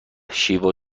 شیوا